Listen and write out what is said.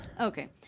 Okay